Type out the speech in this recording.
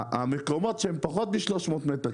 המקומות שהם פחות מ- 300 מטר,